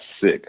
sick